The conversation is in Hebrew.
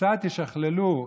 וקצת ישכללו,